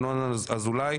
ינון אזולאי,